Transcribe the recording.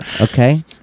Okay